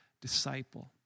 disciple